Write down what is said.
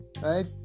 Right